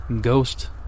ghost